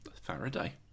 Faraday